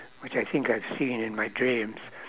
which I think I've seen in my dreams